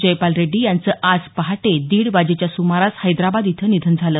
जयपाल रेड्डी यांचं आज पहाटे दीड वाजेच्या सुमारास हैदराबाद इथं निधन झालं